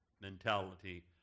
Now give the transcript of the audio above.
mentality